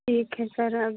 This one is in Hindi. ठीक है सर अब